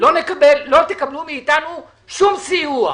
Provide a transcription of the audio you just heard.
לא תקבלו מאתנו שום סיוע.